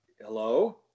hello